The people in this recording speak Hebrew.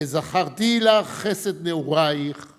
זכרתי לך, חסד נעוריך.